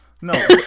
no